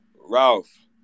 Ralph